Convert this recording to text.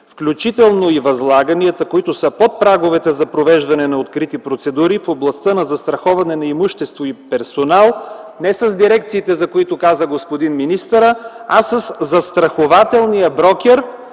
включително и възлаганията, които са под праговете за провеждане на открити процедури в областта на застраховане на имущество и персонал – не с дирекциите, за които каза господин министърът, а със застрахователния брокер,